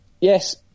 yes